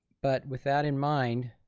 but with that in mind,